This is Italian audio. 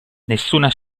nessuna